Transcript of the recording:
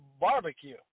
barbecue